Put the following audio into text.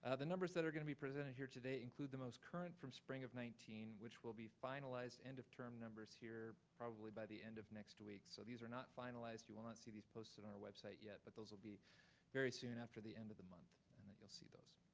ah the numbers that are gonna be presented here today include the most current from spring of nineteen which will be finalized end of term numbers here, probably by the end of next week. so these are not finalized. you will not see these posted on our website yet. but those will be very soon after the end of the month, and that you'll see those.